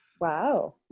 wow